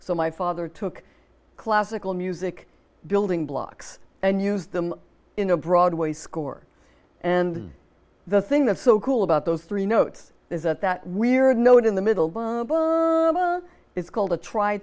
so my father took classical music building blocks and used them in a broadway score and the thing that's so cool about those three notes is that that weird note in the middle bomba it's called a tr